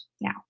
now